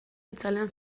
itzalean